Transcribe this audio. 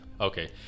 Okay